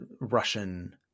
Russian